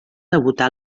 debutà